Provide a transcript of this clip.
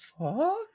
fuck